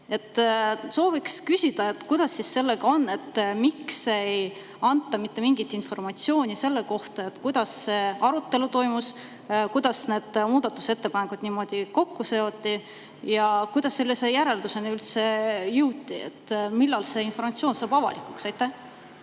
Soovin küsida, kuidas sellega on. Miks ei anta mitte mingit informatsiooni selle kohta, kuidas see arutelu toimus, miks need muudatusettepanekud niimoodi kokku seoti ja kuidas sellise järelduseni üldse jõuti? Millal see informatsioon saab avalikuks? Aitäh!